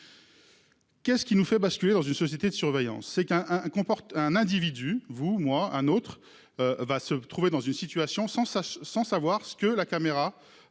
Qu'est-ce qui nous fait basculer dans une société de surveillance, c'est qu'un hein comporte un individu vous moi un autre. Va se trouver dans une situation sans ça, sans savoir ce que la caméra